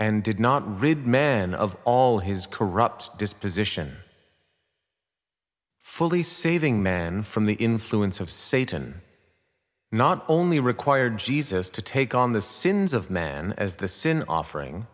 and did not read man of all his corrupt disposition fully saving man from the influence of satan not only require jesus to take on the sins of man as the sin offering